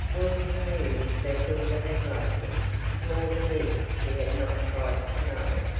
wilson knew that hilda had loved him more than this he had not tried to know.